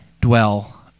dwell